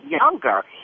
younger